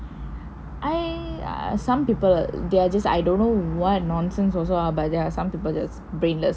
ya some people they are just I don't know what nonsense also ah but there are some people that are brainless